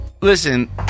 listen